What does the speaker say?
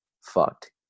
fucked